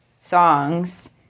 songs